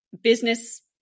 business